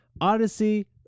Odyssey